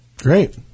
Great